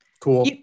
cool